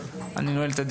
הישיבה נעולה.